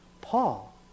Paul